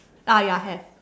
ah ya have